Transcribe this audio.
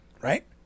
Right